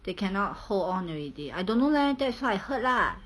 they cannot hold on already I don't know leh that's what I heard lah